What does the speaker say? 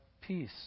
peace